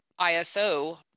ISO